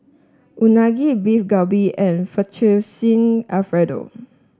Unagi Beef Galbi and Fettuccine Alfredo